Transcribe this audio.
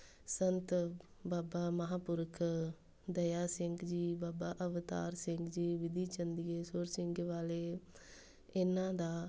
ਸੰਤ ਬਾਬਾ ਮਹਾਂਪੁਰਖ ਦਇਆ ਸਿੰਘ ਜੀ ਬਾਬਾ ਅਵਤਾਰ ਸਿੰਘ ਜੀ ਵਿਧੀ ਚੰਦੀਏ ਈਸ਼ਵਰ ਸਿੰਘ ਵਾਲੇ ਇਹਨਾਂ ਦਾ